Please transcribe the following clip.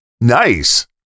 nice